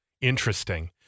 Interesting